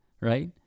right